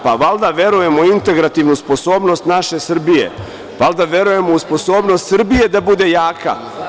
Pa, valjda verujemo u integrativnu sposobnost naše Srbije, valjda verujemo u sposobnost Srbije da bude jaka.